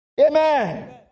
Amen